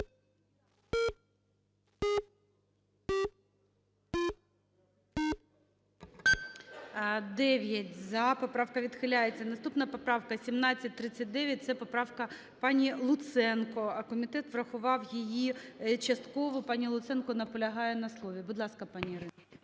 За-9 Поправка відхиляється. Наступна поправка 1739 – це поправка пані Луценко. Комітет врахував її частково. Пані Луценко наполягає на слові. Будь ласка, пані Ірино.